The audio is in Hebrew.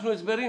כן.